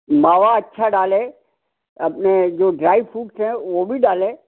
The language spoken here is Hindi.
मावा अच्छा डालें अपने जो ड्राई फ्रूट्स हैं वो भी डालें